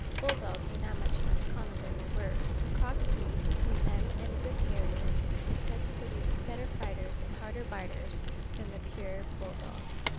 bull-dogs are now much less common than they were. a cross breed between them and a good terrier is said to produce better fighters and harder biters than the pure bull-dog.